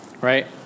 right